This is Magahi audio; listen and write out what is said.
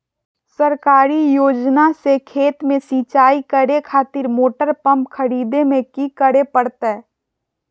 सरकारी योजना से खेत में सिंचाई करे खातिर मोटर पंप खरीदे में की करे परतय?